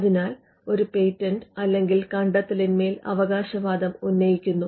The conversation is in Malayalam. അതിൽ ഒരു പേറ്റന്റ് അല്ലെങ്കിൽ കണ്ടെത്തലിൻമേൽ അവകാശവാദം ഉന്നയിക്കുന്നു